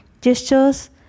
gestures